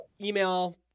email